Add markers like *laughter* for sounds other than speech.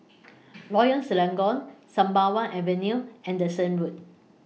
*noise* Royal Selangor Sembawang Avenue Anderson Road